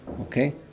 Okay